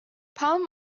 palm